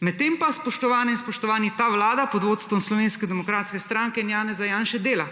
Medtem pa, spoštovane in spoštovani, ta vlada pod vodstvom Slovenske demokratske stranke in Janeza Janše dela.